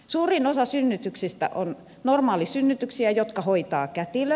suurin osa synnytyksistä on normaalisynnytyksiä jotka hoitaa kätilö